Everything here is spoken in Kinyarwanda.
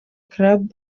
club